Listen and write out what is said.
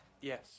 Yes